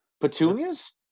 Petunias